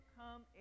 come